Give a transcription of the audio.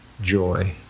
joy